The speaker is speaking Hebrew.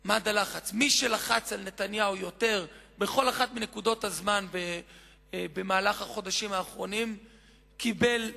התעסוקה ועל שינוי של שיווי המשקל מהמעסיקים לכיוון של העובדים,